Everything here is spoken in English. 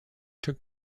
took